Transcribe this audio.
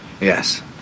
Yes